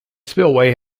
spillway